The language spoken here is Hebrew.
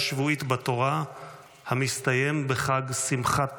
שבועית בתורה המסתיים בחג שמחת תורה,